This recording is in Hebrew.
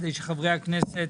זאת כדי שחברי הכנסת